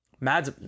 Mads